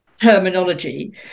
terminology